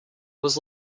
was